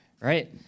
right